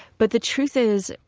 but the truth is,